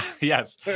Yes